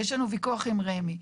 יש לנו ויכוח עם רמ"י.